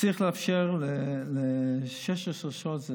צריך לאפשר 16 שעות.